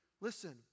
listen